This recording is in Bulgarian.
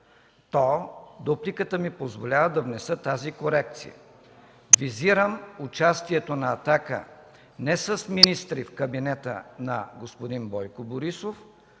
то дупликата ми позволява да внеса тази корекция. Визирам участието на „Атака” не с министри в кабинета на господин Бойко Борисов,